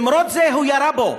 למרות זה הוא ירה בו